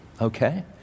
okay